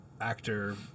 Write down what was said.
actor